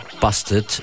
Busted